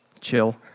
chill